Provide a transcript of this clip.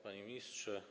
Panie Ministrze!